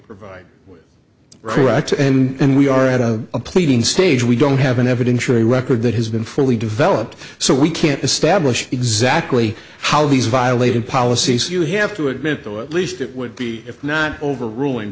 provide right and we are at a pleading stage we don't have an evidentiary record that has been fully developed so we can't establish exactly how he's violated policy so you have to admit though at least it would be if not over ruling